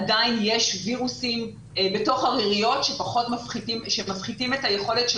עדיין יש וירוסים בתוך הריריות שמפחיתים את היכולת של